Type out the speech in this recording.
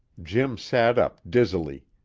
jim sat up dizzily.